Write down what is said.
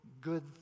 good